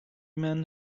man